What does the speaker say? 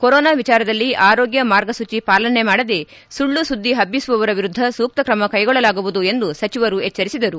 corona ವಿಚಾರದಲ್ಲಿ ಆರೋಗ್ಯ ಮಾರ್ಗಸೂಟಿ ಪಾಲನೆ ಮಾಡದೆ ಸುಳ್ಳು ಸುದ್ದಿ ಹಬ್ಬಿಸುವವರ ವಿರುದ್ದ ಸೂಕ್ತ ತ್ರಮ ಕೈಗೊಳ್ಳಲಾಗುವುದು ಎಂದು ಸಚಿವರು ಎಚ್ಚರಿಸಿದರು